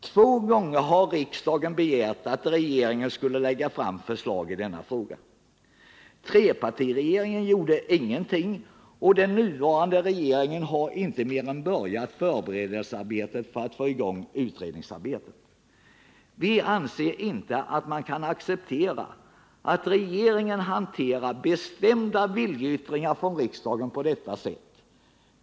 Två gånger har riksdagen begärt att regeringen skulle lägga fram förslag i denna fråga. Trepartiregeringen gjorde ingenting och den nuvarande regeringen har inte mer än börjat förberedelsearbetet för att få i gång utredningsarbetet. Vi anser inte att vi kan acceptera att regeringen hanterar bestämda viljeyttringar från riksdagen på detta sätt.